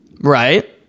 Right